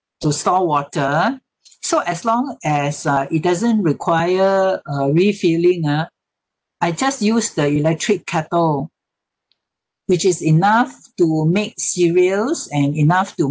to store water so as long as uh it doesn't require a refilling ah I just use the electric kettle which is enough to make cereals and enough to